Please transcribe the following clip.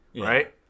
right